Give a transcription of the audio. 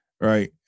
Right